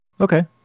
Okay